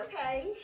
Okay